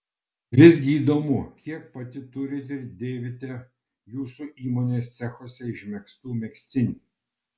visgi įdomu kiek pati turite ir dėvite jūsų įmonės cechuose išmegztų megztinių